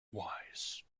wise